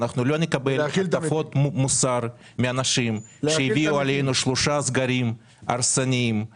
אנחנו לא נקבל הטפות מוסר מאנשים שהביאו עלינו שלושה סגרים הרסניים,